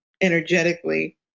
energetically